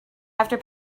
after